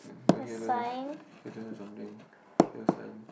no here don't have here don't have something here sign